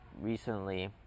recently